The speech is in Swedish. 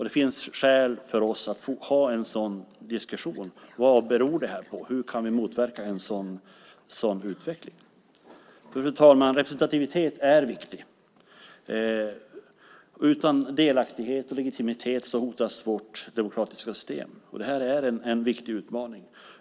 Det finns skäl för oss att ha en diskussion om det. Vad beror det här på? Hur kan vi motverka en sådan utveckling? Fru talman! Representativitet är viktig. Utan delaktighet och legitimitet hotas vårt demokratiska system. Det här är en viktig utmaning.